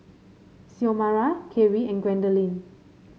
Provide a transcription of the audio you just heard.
Xiomara Keri and Gwendolyn